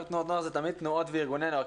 תנועות נוער זה תמיד תנועות וארגוני נוער,